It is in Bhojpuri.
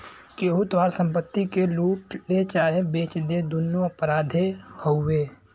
केहू तोहार संपत्ति के लूट ले चाहे बेच दे दुन्नो अपराधे हउवे